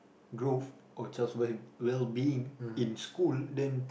growth or child's well well being in school then